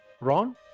Ron